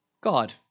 God